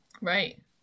Right